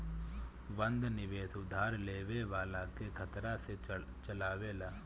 बंध निवेश उधार लेवे वाला के खतरा से बचावेला